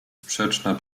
sprzeczna